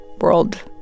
world